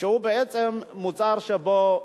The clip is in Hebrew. שהוא בעצם מוצר שבו,